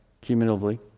cumulatively